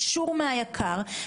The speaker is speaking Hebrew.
איש אקדמיה שעומד בסוג של קריטריונים,